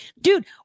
Dude